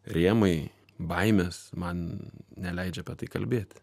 rėmai baimės man neleidžia apie tai kalbėti